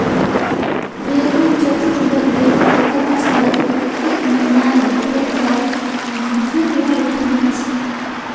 railway चतुर्थवर्गीय कर्मचारीक एक महिनार भीतर कर माफीर लाभ उठाना छ